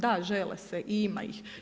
Da žele se i ima ih.